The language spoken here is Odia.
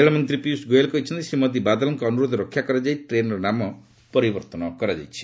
ରେଳମନ୍ତ୍ରୀ ପୀୟଶ ଗୋୟଲ କହିଛନ୍ତି ଶ୍ରୀମତୀ ବାଦଲଙ୍କ ଅନ୍ଦ୍ରୋଧ ରକ୍ଷା କରାଯାଇ ଟ୍ରେନ୍ର ନାମ ପରିବର୍ତ୍ତନ କରାଯାଇଛି